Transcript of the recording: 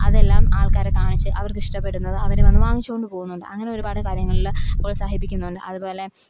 അതെല്ലാം ആൾക്കാരെ കാണിച്ച് അവർക്ക് ഇഷ്ടപ്പെടുന്നത് അവർ വന്നു വാങ്ങിച്ചു കൊണ്ടു പോകുന്നുണ്ട് അങ്ങനെ ഒരുപാട് കാര്യങ്ങളിൽ പ്രോത്സാഹിപ്പിക്കുന്നുണ്ട് അതുപോലെ